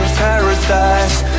paradise